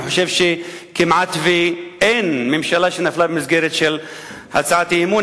אני חושב שכמעט שאין ממשלה שנפלה במסגרת של הצעת אי-אמון.